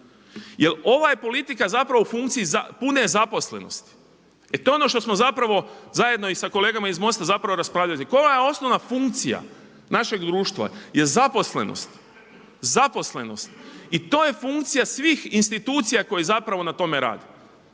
jel ova politika je zapravo u funkciji pune zaposlenosti. To je ono što smo zapravo zajedno i sa kolegama iz MOST-a raspravljali, koja je osnovna funkcija našeg društva je zaposlenost. I to je funkcija svih institucija koje na tome rade,